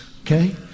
okay